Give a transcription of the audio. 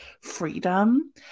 freedom